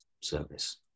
service